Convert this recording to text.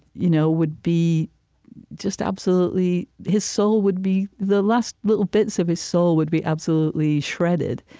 you know would be just absolutely his soul would be the last little bits of his soul would be absolutely shredded.